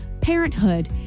parenthood